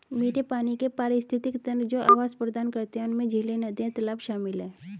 मीठे पानी के पारिस्थितिक तंत्र जो आवास प्रदान करते हैं उनमें झीलें, नदियाँ, तालाब शामिल हैं